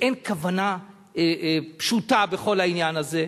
שאין כוונה פשוטה בכל העניין הזה,